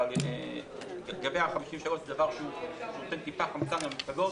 אבל לגבי ה-53 זה דבר שנותן טיפה חמצן למפלגות,